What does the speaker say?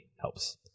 helps